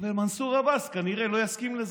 אבל מנסור עבאס כנראה לא יסכים לזה.